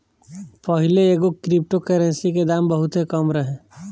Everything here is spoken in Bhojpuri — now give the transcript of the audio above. पाहिले एगो क्रिप्टो करेंसी के दाम बहुते कम रहे